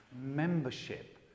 membership